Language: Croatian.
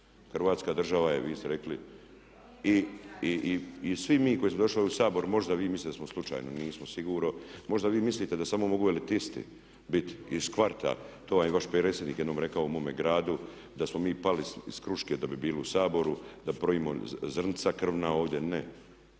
Hrvatska država je, vi ste rekli i svi mi koji smo došli ovdje u Sabor, možda vi mislite da smo slučajno, nismo sigurno, možda vi mislite da smo uveli … /Govornik se ne razumije./… iz kvarta, to vam je vaš predsjednik jednom rekao mome gradu da smo mi pali iz kruške da bi bili u Saboru, da pravimo zrnca krvna ovdje.